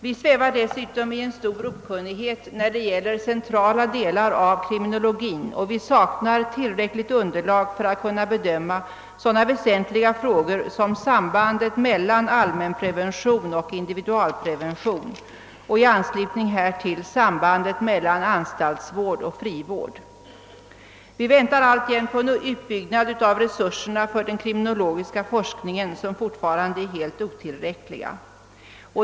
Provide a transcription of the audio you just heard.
Vi svävar dessutom i en stor okunnighet när det gäller centrala delar av kriminologin och saknar tillräckligt underlag för att kunna bedöma sådana väsentliga frågor som sambandet mellan allmänprevention och individualprevention samt i anslutning härtill sambandet mellan anstaltsvård och frivård. Vi väntar alltjämt på en utbyggnad av resurserna för den kriminologiska forskningen vilka fortfarande är helt otillräckliga.